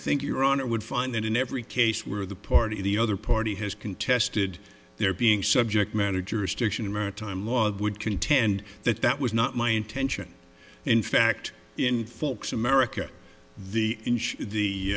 think your honor would find that in every case where the party the other party has contested they're being subject matter jurisdiction maritime law would contend that that was not my intention in fact in folks america the